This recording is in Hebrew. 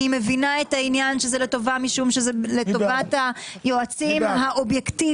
אני מבינה את העניין שזה לטובה משום שזה לטובת היועצים האובייקטיביים.